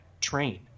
train